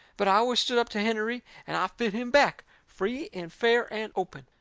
but i always stood up to hennerey, and i fit him back, free and fair and open.